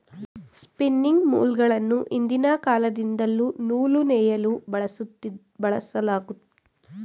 spinning ಮೂಲ್ಗಳನ್ನು ಹಿಂದಿನ ಕಾಲದಿಂದಲ್ಲೂ ನೂಲು ನೇಯಲು ಬಳಸಲಾಗತ್ತಿದೆ, ಇದು ಒಂದು ಸಾಂಪ್ರದಾಐಕ ಉದ್ಯೋಗವಾಗಿದೆ